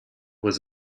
was